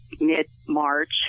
mid-March